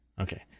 Okay